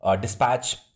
dispatch